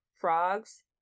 frogs